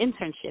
internship